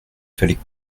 fallait